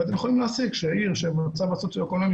אתם יכולים להסיק שעיר שהיא במצב סוציו אקונומי